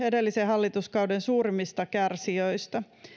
edellisen hallituskauden suurimmista kärsijöistä